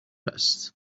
است